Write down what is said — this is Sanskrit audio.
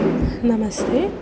नमस्ते